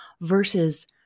versus